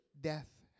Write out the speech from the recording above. Death